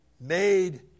made